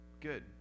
good